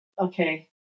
okay